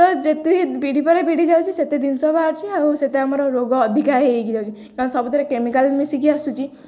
ତ ଯେତିକି ପିଢ଼ି ପରେ ପିଢ଼ି ଯାଉଛି ସେତେ ଜିନିଷ ବାହାରୁଛି ଆଉ ସେତେ ଆମର ରୋଗ ଅଧିକା ହେଇ ହେଇକି ଯାଉଛି କାରଣ ସବୁଥିରେ କେମିକାଲ୍ ମିଶିକି ଆସୁଛି